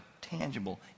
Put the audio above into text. tangible